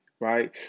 right